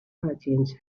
patience